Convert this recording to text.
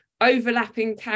overlapping